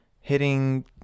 hitting